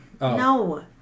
No